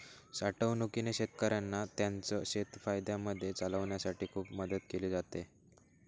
साठवणूकीने शेतकऱ्यांना त्यांचं शेत फायद्यामध्ये चालवण्यासाठी खूप मदत केली आहे